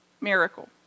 miracle